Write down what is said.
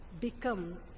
Become